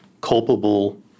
culpable